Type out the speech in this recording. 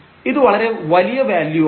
ഇത് വളരെ വലിയ വാല്യൂ ആണ്